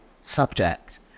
subject